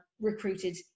recruited